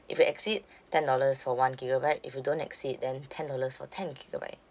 if you exceed ten dollars for one gigabyte if you don't exceed then ten dollars for ten gigabyte